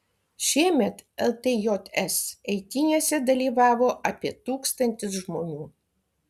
šiemet ltjs eitynėse dalyvavo apie tūkstantis žmonių